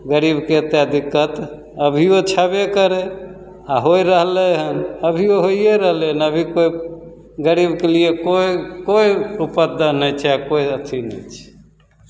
गरीबके एतेक दिक्कत अभिओ छेबे करै हँ होइ रहलै हँ अभिओ होइए रहलै हँ अभी कोइ गरीबके लिए कोइ कोइ उपदन नहि छै आओर कोइ अथी नहि छै